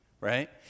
right